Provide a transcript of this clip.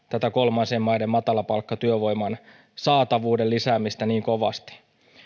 tätä kolmansien maiden matalapalkkatyövoiman saatavuuden lisäämistä niin kovasti